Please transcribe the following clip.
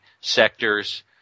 sectors